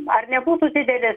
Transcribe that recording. ar nebūtų didelis